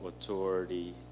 authority